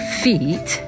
feet